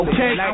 Okay